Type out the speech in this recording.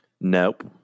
Nope